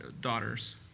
daughters